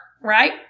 Right